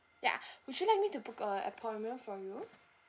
ya would you like me to book a appointment for you